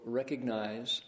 recognize